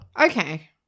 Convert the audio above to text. Okay